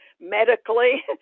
medically